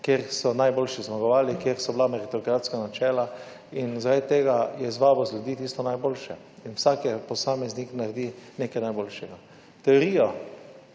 kjer so najboljši zmagovalci, kjer so bila meritokratska načela in zaradi tega je izvabil za ljudi tisto najboljše in vsak posameznik naredi nekaj najboljšega. Teorijo,